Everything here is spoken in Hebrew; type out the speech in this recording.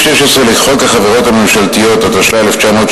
בבקשה.